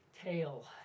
tail